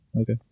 Okay